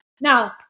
Now